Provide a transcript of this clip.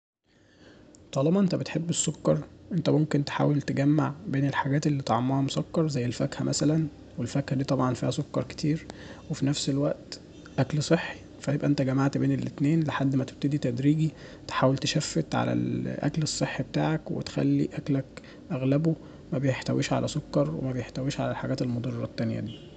طالما انت بتحب السكر انت ممكنتحاول تجمع بين الحاجات اللي طعمها مسكر زي الفاكهة مثلا والفاكهة دي طبعا فيها سكر كتير وفي نفس الوقت أكل صحي فيبقى انت جمعت بين الاتنين لحد ماتبتدي تدريجي تحاول تشفت على الأكل الصحي بتاعك وتخلي أكلك أغلبه مبيحتويش على سكر ومبيحتويش على الحاجات المضرة التانية دي